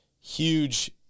huge